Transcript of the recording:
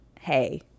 hey